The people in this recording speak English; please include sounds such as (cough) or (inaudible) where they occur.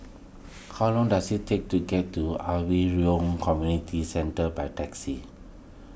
how long does it take to get to (unintelligible) Yoh Community Centre by taxi